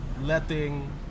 letting